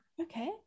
Okay